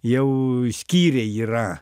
jau skyriai yra